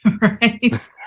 Right